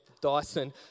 Dyson